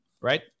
right